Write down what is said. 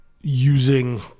using